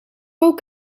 ook